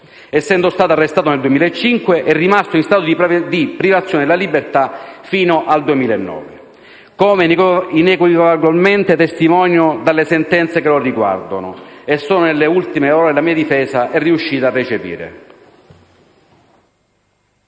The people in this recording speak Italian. essendo stato arrestato nel 2005 e rimasto in stato di privazione della libertà fino al 2009, come inequivocabilmente testimoniato dalle sentenze che lo riguardano, che solo nelle ultime ore la mia difesa è riuscita a reperire.